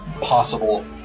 possible